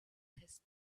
his